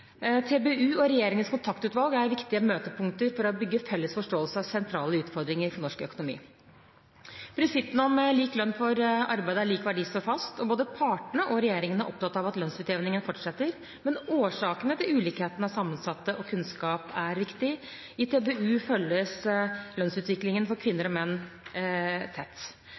TBU og Regjeringens kontaktutvalg er viktige møtepunkter for å bygge felles forståelse av sentrale utfordringer for norsk økonomi. Prinsippene om lik lønn for arbeid av lik verdi står fast. Og både partene og regjeringen er opptatt av at lønnsutjevningen fortsetter. Men årsakene til ulikheten er sammensatte, og kunnskap er viktig. I TBU følges lønnsutviklingen for kvinner og menn tett.